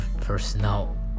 personal